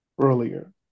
earlier